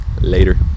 Later